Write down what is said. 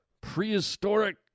prehistoric